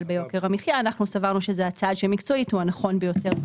ביוקר המחייה אנחנו סברנו שזה צעד שהוא הנכון ביותר,